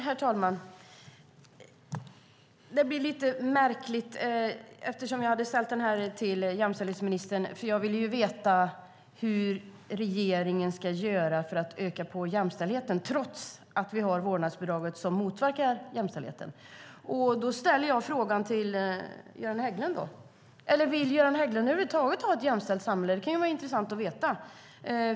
Herr talman! Det blir lite märkligt. Jag hade ställt interpellationen till jämställdhetsministern. Jag ville veta hur regeringen ska göra för att öka jämställdheten, trots att vi har vårdnadsbidraget som motverkar jämställdheten. Då ställer jag frågan till Göran Hägglund. Eller vill Göran Hägglund över huvud taget ha ett jämställt samhälle? Det kan vara intressant att veta.